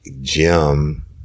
Jim